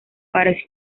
para